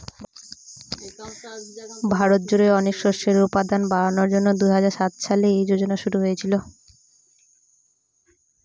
ভারত জুড়ে অনেক শস্যের উৎপাদন বাড়ানোর জন্যে দুই হাজার সাত সালে এই যোজনা শুরু হয়েছিল